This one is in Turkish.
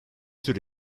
tür